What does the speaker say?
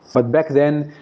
but back then,